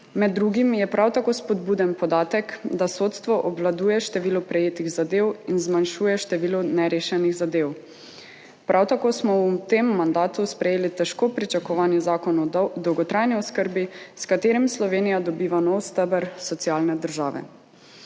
Med drugim je prav tako spodbuden podatek, da sodstvo obvladuje število prejetih zadev in zmanjšuje število nerešenih zadev. Prav tako smo v tem mandatu sprejeli težko pričakovani Zakon o dolgotrajni oskrbi, s katerim Slovenija dobiva nov steber socialne države.